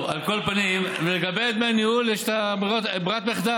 על כל פנים, לגבי דמי הניהול יש ברירת מחדל.